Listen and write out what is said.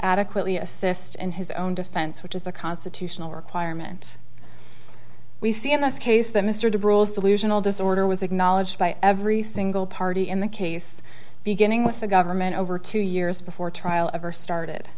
adequately assessed in his own defense which is a constitutional requirement we see in this case that mr du bruel is delusional disorder was acknowledged by every single party in the case beginning with the government over two years before trial ever started